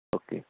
okay